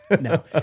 No